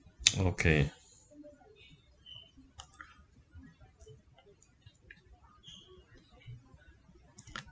okay